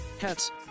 Hats